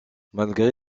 malgré